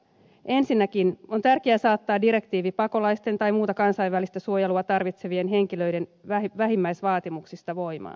ensinnäkin on tärkeää saattaa direktiivi pakolaisten tai muuta kansainvälistä suojelua tarvitsevien henkilöiden vähimmäisvaatimuksista voimaan